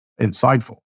insightful